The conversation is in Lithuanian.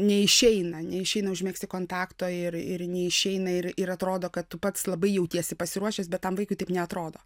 neišeina neišeina užmegzti kontakto ir ir neišeina ir ir atrodo kad tu pats labai jautiesi pasiruošęs bet tam vaikui taip neatrodo